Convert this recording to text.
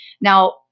Now